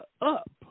up